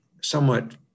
somewhat